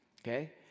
Okay